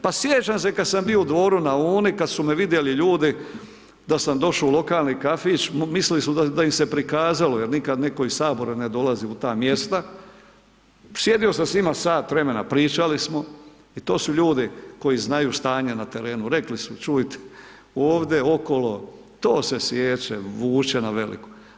Pa sjećam se kad sam bio u Dvoru na Uni, kad su me vidjeli ljudi da sam došao u lokalni kafić, mislili su da im se prikazalo jer nikad nitko iz Sabora ne dolazi u ta mjesta, sjedio sam s njima sat vremena, pričali smo i to su ljudi koji znaju stanje na terenu, rekli su čujte, ovdje okolo, to se siječe, vuče na veliko.